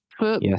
Yes